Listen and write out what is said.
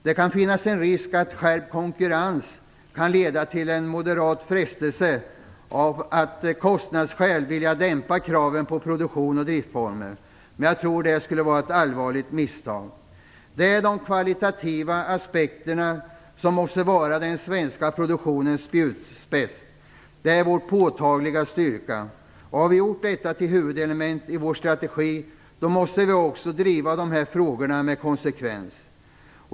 Det kan finnas en risk att skärpt konkurrens kan leda till en moderat frestelse att av kostnadsskäl vilja dämpa kraven på produktionen och driftformer. Jag tror att detta skulle vara ett allvarligt misstag. Det är de kvalitativa aspekterna som måste vara den svenska produktionens spjutspets. Det är vår påtagliga styrka. Och har vi gjort detta till huvudelement i vår strategi måste vi också driva de här frågorna med konsekvens.